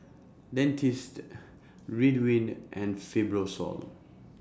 Dentiste Ridwind and Fibrosol